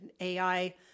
AI